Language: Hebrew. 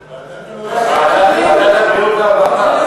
ועדת הבריאות והרווחה.